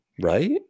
Right